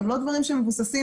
גם לא דברים שהם מבוססים.